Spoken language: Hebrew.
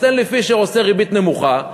סטנלי פישר עושה ריבית נמוכה,